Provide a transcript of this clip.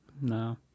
No